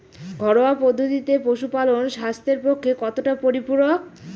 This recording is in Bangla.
ঘরোয়া পদ্ধতিতে পশুপালন স্বাস্থ্যের পক্ষে কতটা পরিপূরক?